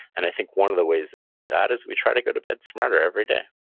and, i think one of the ways that we do that is we try to go to bed smarter every day